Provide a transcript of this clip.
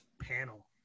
panel